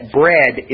bread